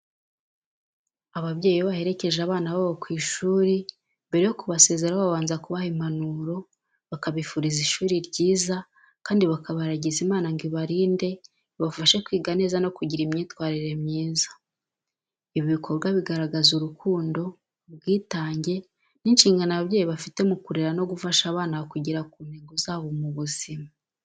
Ababyeyi iyo baherekeje abana babo ku ishuri, mbere yo kubasezeraho babanza kubaha impanuro, bakabifuriza ishuri ryiza kandi bakabaragiza Imana ngo ibarinde, ibafashe kwiga neza no kugira imyitwarire myiza. Ibi bikorwa bigaragaza urukundo, ubwitange n’inshingano ababyeyi bafite mu kurera no gufasha abana kugera ku ntego zabo mu buzima.